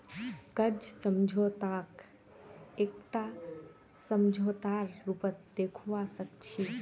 कर्ज समझौताक एकटा समझौतार रूपत देखवा सिख छी